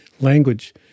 language